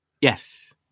yes